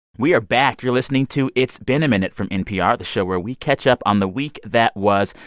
we are back. you're listening to it's been a minute from npr, the show where we catch up on the week that was.